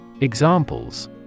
Examples